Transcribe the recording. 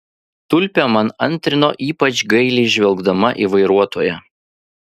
tulpė man antrino ypač gailiai žvelgdama į vairuotoją